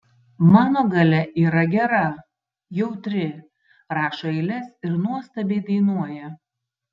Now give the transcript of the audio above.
mano galia yra gera jautri rašo eiles ir nuostabiai dainuoja